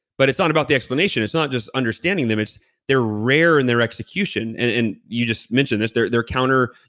but it's not about the explanation, it's not just understanding them, it's they're rare in their execution. and you just mentioned this, they're they're counter.